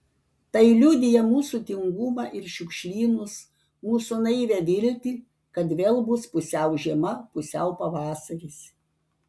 tai liudija mūsų tingumą ir šiukšlynus mūsų naivią viltį kad vėl bus pusiau žiema pusiau pavasaris